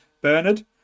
bernard